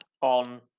on